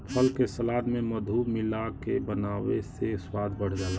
फल के सलाद में मधु मिलाके बनावे से स्वाद बढ़ जाला